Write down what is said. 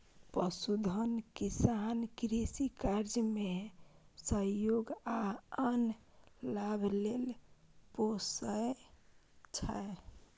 पशुधन किसान कृषि कार्य मे सहयोग आ आन लाभ लेल पोसय छै